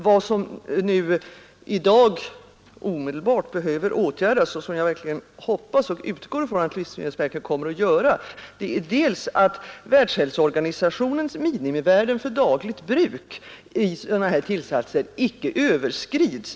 Vad som i dag omedelbart behöver tillses — jag hoppas verkligen och utgår från att livsmedelsverket kommer att göra det — är att Världshälsoorganisationens minimivärden för dagligt bruk av sådana här tillsatser inte överskrids.